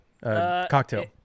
cocktail